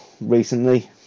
recently